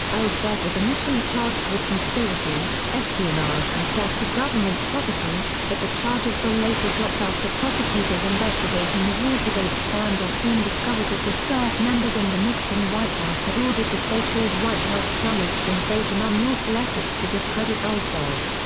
ellsberg was initially charged with conspiracy, espionage and theft of government property, but the charges were later dropped after prosecutors investigating the watergate scandal soon discovered that the staff members in the nixon white house had ordered the so-called white house plumbers to engage in unlawful efforts to discredit ellsberg.